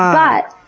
but,